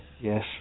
yes